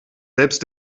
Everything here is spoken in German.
selbst